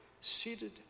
seated